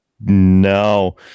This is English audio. no